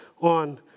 on